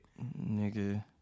Nigga